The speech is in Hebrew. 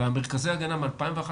מרכזי ההגנה מ-2011,